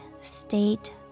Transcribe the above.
state